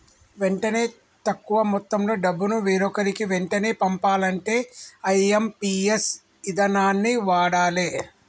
వెంటనే తక్కువ మొత్తంలో డబ్బును వేరొకరికి వెంటనే పంపాలంటే ఐ.ఎమ్.పి.ఎస్ ఇదానాన్ని వాడాలే